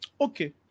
Okay